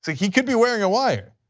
so he could be wearing a wire.